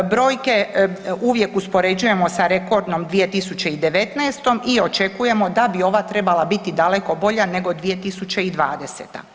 Brojke uvijek uspoređujemo sa rekordnom 2019. i očekujemo da bi ova trebala biti daleko bolja nego 2020.